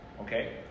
okay